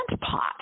pot